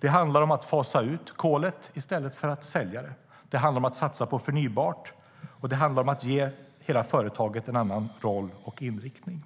Det handlar om att fasa ut kolet i stället för att sälja det, det handlar om att satsa på förnybart och det handlar om att ge hela företaget en annan roll och inriktning.